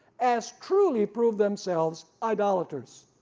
as truly proved themselves idolaters.